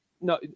No